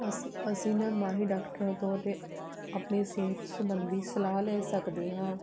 ਅਸੀਂ ਅਸੀਂ ਇਹਨਾਂ ਮਾਹਿਰ ਡਾਕਟਰਾਂ ਤੋਂ ਅਤੇ ਆਪਣੇ ਸਿਹਤ ਸੰਬੰਧੀ ਸਲਾਹ ਲੈ ਸਕਦੇ ਹਾਂ